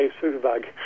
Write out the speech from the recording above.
superbug